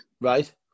Right